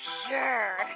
sure